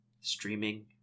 streaming